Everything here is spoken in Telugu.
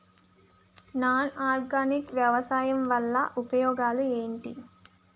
నాన్ ఆర్గానిక్ వ్యవసాయం వల్ల ఉపయోగాలు ఏంటీ?